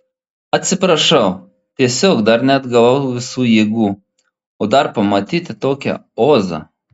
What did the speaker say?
atsiprašau tiesiog dar neatgavau visų jėgų o dar pamatyti tokią ozą